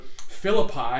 Philippi